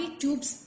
tubes